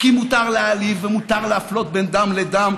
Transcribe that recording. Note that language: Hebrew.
כי מותר להעליב ומותר להפלות בין דם לדם,